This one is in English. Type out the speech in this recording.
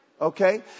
Okay